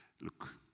Look